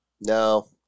No